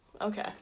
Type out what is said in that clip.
okay